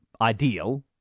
ideal